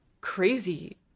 crazy